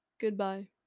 Goodbye